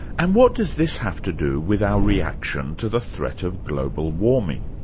and what does this have to do with our reaction to the threat of global warming?